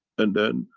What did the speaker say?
and then,